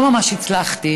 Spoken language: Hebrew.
לא ממש הצלחתי.